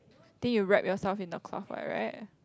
I think you wrap yourself in the cloth what right